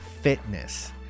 fitness